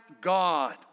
God